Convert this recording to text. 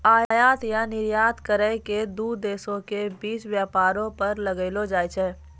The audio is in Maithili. आयात या निर्यात करो के दू देशो के बीच व्यापारो पर लगैलो जाय छै